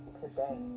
today